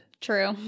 true